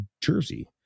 Jersey